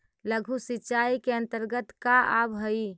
लघु सिंचाई के अंतर्गत का आव हइ?